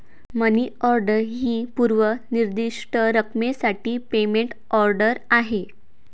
मनी order ही पूर्व निर्दिष्ट रकमेसाठी पेमेंट ऑर्डर आहे